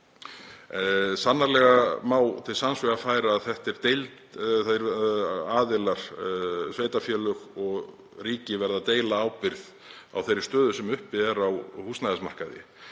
Sannarlega má til sanns vegar færa að sveitarfélög og ríki verða að deila ábyrgð á þeirri stöðu sem uppi er á húsnæðismarkaði.